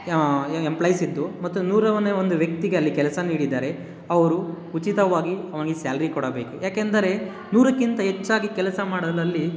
employees ಇದ್ದು ಮತ್ತು ನೂರನೇ ಒಂದು ವ್ಯಕ್ತಿಗೆ ಅಲ್ಲಿ ಕೆಲಸ ನೀಡಿದರೆ ಅವರು ಉಚಿತವಾಗಿ ಅವನಿಗೆ ಸ್ಯಾಲ್ರಿ ಕೊಡಬೇಕು ಯಾಕೆಂದರೆ ನೂರಕ್ಕಿಂತ ಹೆಚ್ಚಾಗಿ ಕೆಲಸ ಮಾಡಲು ಅಲ್ಲಿ